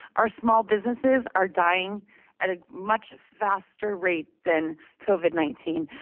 our small businesses are dying at a much faster rate than covid nineteen.